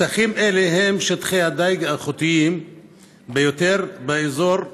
שטחים אלה הם שטחי הדיג האיכותיים ביותר באזור,